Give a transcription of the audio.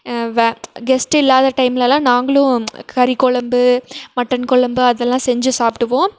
வே guest இல்லாத டைம்லெல்லாம் நாங்களும் கறி கொழம்பு மட்டன் கொழம்பு அதெல்லாம் செஞ்சு சாப்பிடுவோம்